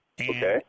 Okay